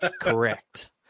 Correct